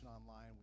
online